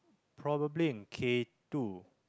probably in K two